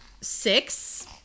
six